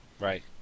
Right